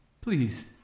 please